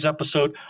episode